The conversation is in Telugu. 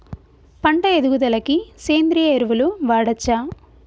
పంట ఎదుగుదలకి సేంద్రీయ ఎరువులు వాడచ్చా?